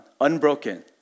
unbroken